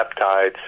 peptides